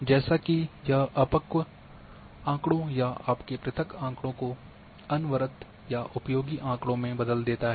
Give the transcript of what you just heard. जैसा कि यह आँकड़ों या आपके पृथक आँकड़ों को अनवरत या उपयोगी आँकड़ों में बदल देता है